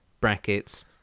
brackets